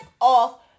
off